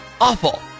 awful